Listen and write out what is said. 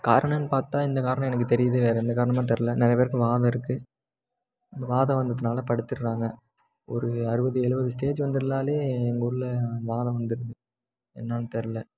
காரணம்னு பார்த்தா இந்த காரணம் எனக்கு தெரியிது வேறு எந்த காரணமும் தெரில நிறையப் பேருக்கு வாதம் இருக்குது அந்த வாதம் வந்ததுனால் படுத்துட்டுறாங்க ஒரு அறுபது எழுபது ஸ்டேஜ் வந்துட்லாலே எங்கூரில் வாதம் வந்துருது என்னெனான்னு தெரில